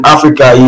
Africa